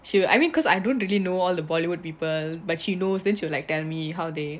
she I mean cause I don't really know all the bollywood people but she knows then she was like tell me how they